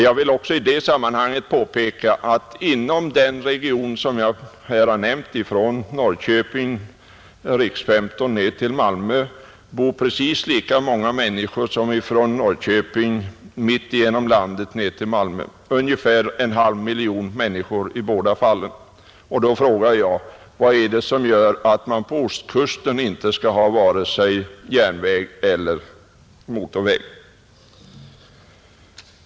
Jag vill i det sammanhanget också påpeka att inom den region som jag här nämnt — längs riks-15 från Norrköping ned till Malmö — bor precis lika många människor som från Norrköping mitt igenom landet ned till Malmö: ungefär en halv miljon människor i båda fallen, Då frågar jag: Vad är det som gör att man på ostkusten inte skall ha vare sig järnväg eller motorväg?